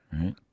Right